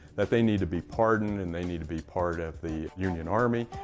that they need to be pardoned and they need to be part of the union army.